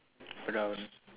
around